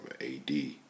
AD